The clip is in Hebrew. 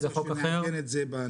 זה חוק אחר --- צריך שנעגן את זה בניסוח.